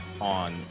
on